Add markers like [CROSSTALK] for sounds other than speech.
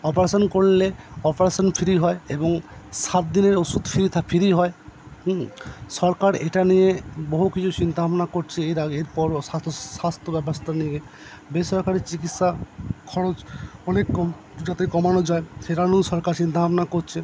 operation করলে operation free হয় এবং সাত দিনের ওষুধ ফ্রি [UNINTELLIGIBLE] ফ্রি হয় সরকার এটা নিয়ে বহু কিছু চিন্তা ভাবনা করছে এর আগে এর পর স্বাস্থ্য ব্যবস্থা নিয়ে বেসরকারি চিকিৎসা খরচ অনেক কম যাতে কমানো যায় সেটা নিয়েও সরকার চিন্তা ভাবনা করছে